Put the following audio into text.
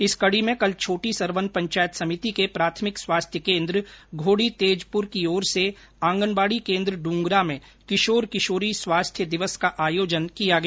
इस कड़ी में कल छोटी सरवन पंचायत समिति के प्राथमिक स्वास्थ्य केन्द्र घोडी तेजपुरकी ओर से आंगनबाडी केन्द्र डूंगरा में किशोर किशोरी स्वास्थ्य दिवस का आयोजन किया गया